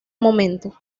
momento